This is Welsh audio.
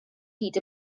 hyd